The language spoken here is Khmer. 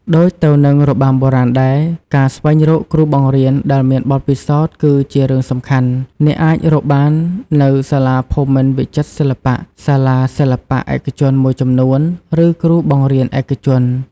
ដូចទៅនឹងរបាំបុរាណដែរ ការស្វែងរកគ្រូបង្រៀនដែលមានបទពិសោធន៍គឺជារឿងសំខាន់ អ្នកអាចរកបាននៅ សាលាភូមិន្ទវិចិត្រសិល្បៈ សាលាសិល្បៈឯកជនមួយចំនួន ឬគ្រូបង្រៀនឯកជន។